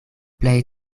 plej